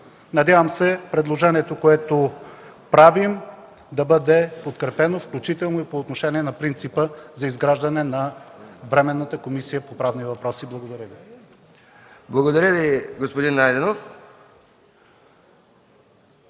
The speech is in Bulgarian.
Надявам се, предложението, което правим, да бъде подкрепено, включително и по отношение на принципа за изграждане на Временната комисия по правни въпроси. Благодаря Ви. ПРЕДСЕДАТЕЛ МИХАИЛ МИКОВ: Благодаря Ви, господин Найденов.